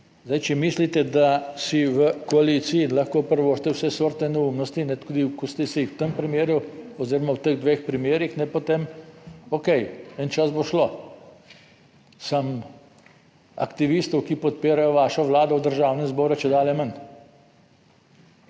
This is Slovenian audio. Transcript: Zdaj, če mislite, da si v koaliciji lahko privoščite vse sorte neumnosti, tudi ko ste si jih v tem primeru oziroma v teh dveh primerih potem okej, en čas bo šlo, samo aktivistov, ki podpirajo vašo Vlado v Državnem zboru čedalje manj.